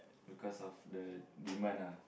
because of the demand ah